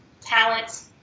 talent